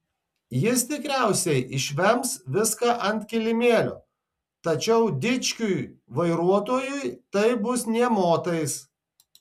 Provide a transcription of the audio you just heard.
jis tikriausiai išvems viską ant kilimėlio tačiau dičkiui vairuotojui tai bus nė motais